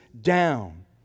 down